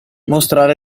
mostrare